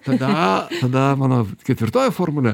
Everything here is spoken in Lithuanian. tada tada mano ketvirtoji formulė